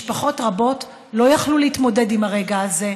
משפחות רבות לא יכלו להתמודד עם הרגע הזה,